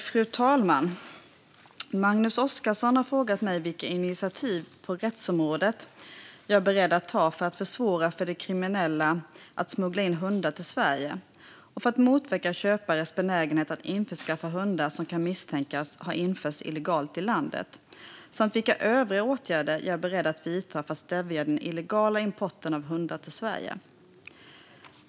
Fru talman! Magnus Oscarsson har frågat mig vilka initiativ på rättsområdet jag är beredd att ta för att försvåra för de kriminella att smuggla in hundar till Sverige och för att motverka köpares benägenhet att införskaffa hundar som kan misstänkas ha införts illegalt i landet samt vilka övriga åtgärder jag är beredd att vidta för att stävja den illegala importen av hundar till Sverige.